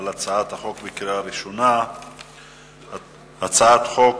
בקריאה ראשונה על הצעת חוק